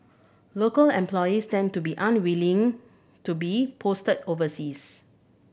local employees tend to be unwilling to be posted overseas